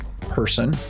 person